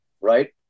right